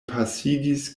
pasigis